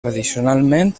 tradicionalment